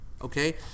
okay